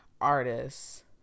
artists